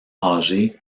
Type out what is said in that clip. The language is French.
âgées